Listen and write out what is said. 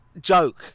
joke